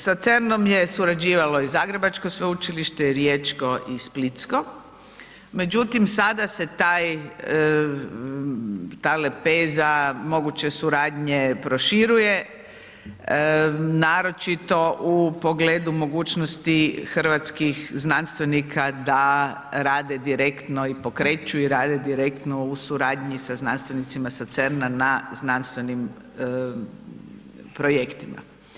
Sa CERN-om je surađivalo i Zagrebačko sveučilište i Riječko i Splitsko, međutim sada se ta lepeza moguće suradnje proširuje naročito u pogledu mogućnosti hrvatskih znanstvenika da rade direktno i pokreću i rade direktno u suradnji sa znanstvenicima sa CERN-a na znanstvenim projektima.